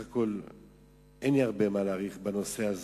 אין לי מה להאריך בנושא,